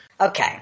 okay